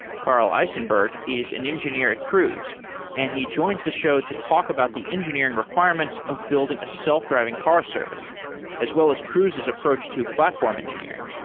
karl isenberg is an engineer at cruise and he joins the show to talk about the engineering requirements of building a self-driving car service as well as cruise's approach to platform engineering.